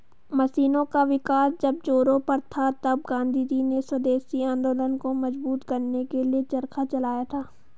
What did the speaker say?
मशीनों का विकास जब जोरों पर था तब गाँधीजी ने स्वदेशी आंदोलन को मजबूत करने के लिए चरखा चलाया था